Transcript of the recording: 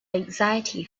anxiety